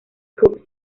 cup